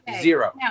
zero